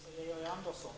Herr talman! Jag vill till kommunikationsminister Georg Andersson